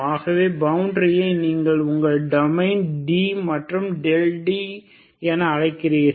ஆகவே பவுண்டரியை நீங்கள் உங்கள் டொமைனை D மற்றும் δD என அழைக்கிறீர்கள்